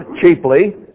cheaply